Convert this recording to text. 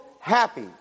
happy